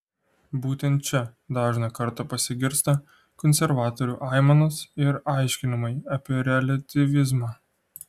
būtent čia dažną kartą pasigirsta konservatorių aimanos ir aiškinimai apie reliatyvizmą